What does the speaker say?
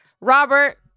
Robert